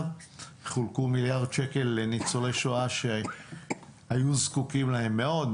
חולקו מיליארד שקל לניצולי שואה שהיו זקוקים להם מאוד.